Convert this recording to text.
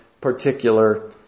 particular